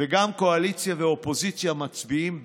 וקואליציה ואופוזיציה מצביעים בעד,